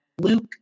Luke